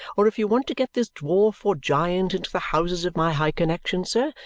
or if you want to get this dwarf or giant into the houses of my high connexion, sir,